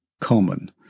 common